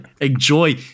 Enjoy